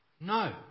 No